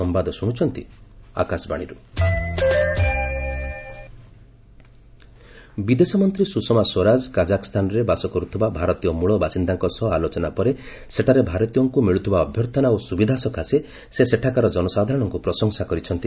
ସ୍ତଷମା Kazakhstan ବିଦେଶମନ୍ତ୍ରୀ ସୁଷମା ସ୍ୱରାଜ କାଜାକସ୍ଥାନର ବାସ କରୁଥିବା ଭାରତୀୟ ମୂଳବାସିନ୍ଦାଙ୍କ ସହ ଆଲୋଚନା ପରେ ସେଠାରେ ଭାରତୀୟଙ୍କୁ ମିଳୁଥିବା ଅଭ୍ୟର୍ଥନା ଓ ସୁବିଧା ସକାଶେ ସେ ସେଠାକାର ଜନସାଧାରଣଙ୍କୁ ପ୍ରଶଂସା କରିଛନ୍ତି